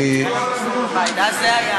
יספיק לי.